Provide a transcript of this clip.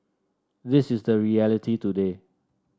this is the reality today